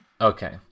Okay